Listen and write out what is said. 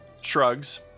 shrugs